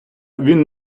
він